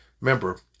Remember